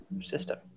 system